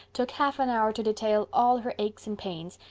took half an hour to detail all her aches and pains,